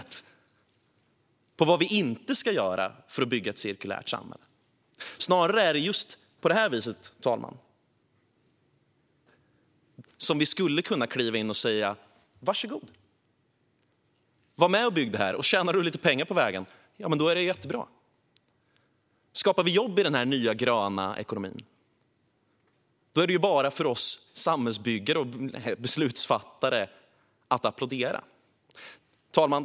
Det är ett exempel på vad vi inte ska göra för att bygga ett cirkulärt samhälle. Herr talman! Vi skulle snarare kunna kliva in och säga: Varsågod! Var med och bygg det här! Tjänar du lite pengar på vägen är det jättebra. Skapar vi jobb i den nya gröna ekonomin är det bara för oss samhällsbyggare och beslutsfattare att applådera. Herr talman!